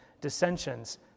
dissensions